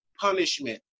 punishment